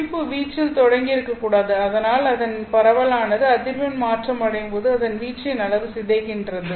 துடிப்பு வீச்சில் தொடங்கியிருக்கக்கூடாது ஆனால் அதன் பரவலானது அதிர்வெண் மாற்றம் அடையும்போது அதன் வீச்சின் அளவு சிதைன்றது